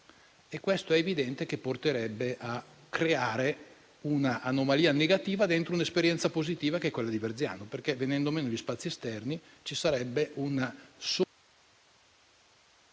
Verziano. È evidente che questo porterebbe a creare una anomalia negativa dentro un'esperienza positiva che è quella del Verziano, perché venendo meno gli spazi esterni ci sarebbe un aggravio